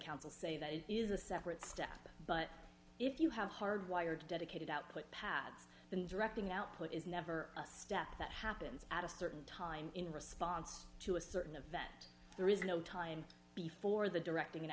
council say that it is a separate step but if you have hard wired dedicated output paths then directing output is never a step that happens at a certain time in response to a certain event there is no time before the directing